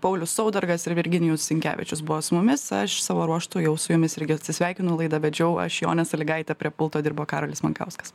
paulius saudargas ir virginijus sinkevičius buvo su mumis aš savo ruožtu jau su jumis irgi atsisveikinu laidą vedžiau aš jonė salygaitė prie pulto dirbo karolis makauskas